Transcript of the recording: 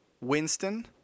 Winston